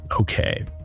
Okay